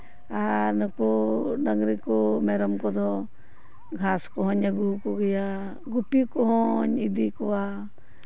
ᱟᱨ ᱱᱩᱠᱩ ᱰᱟᱹᱝᱨᱤ ᱠᱚ ᱢᱮᱨᱚᱢ ᱠᱚᱫᱚ ᱜᱷᱟᱥ ᱠᱚᱦᱚᱧ ᱟᱹᱜᱩᱣ ᱠᱚᱜᱮᱭᱟ ᱜᱩᱯᱤ ᱠᱚᱦᱚᱧ ᱤᱫᱤ ᱠᱚᱣᱟ